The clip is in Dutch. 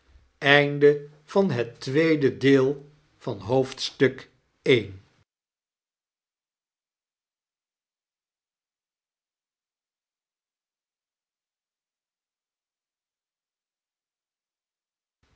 van het tweede jaar van ons